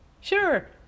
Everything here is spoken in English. sure